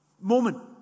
moment